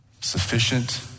sufficient